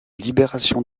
libération